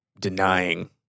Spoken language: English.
denying